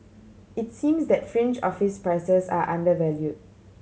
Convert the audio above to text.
it seems that fringe office prices are undervalued